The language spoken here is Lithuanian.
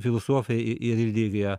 filosofija i ir riligija